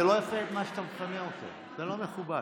זה לא יפה מה שאתה מכנה אותו, זה לא מכובד.